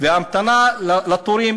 וההמתנה לתורים